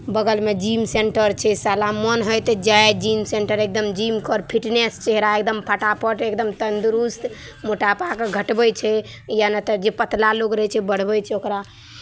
बगलमे gym centre छै साला मोन होय तऽ जाय जिम सेन्टर एकदम जिम कर फिटनेस चेहरा एकदम फटाफट एकदम तन्दुरुस्त मोटापाकेँ घटबै छै या नहि तऽ जे पतला लोक रहै छै बढ़बै छै ओकरा